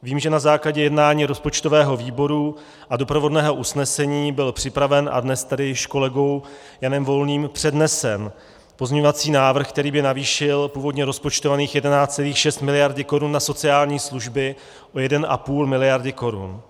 Vím, že na základě jednání rozpočtového výboru a doprovodného usnesení byl připraven a dnes tady již kolegou Janem Volným přednesen pozměňovací návrh, který by navýšil původně rozpočtovaných 11,6 mld. korun na sociální služby o 1,5 mld. korun.